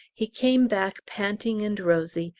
he came back panting and rosy,